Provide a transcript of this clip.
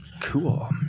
Cool